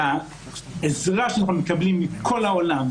העזרה שאנחנו מקבלים מכל העולם,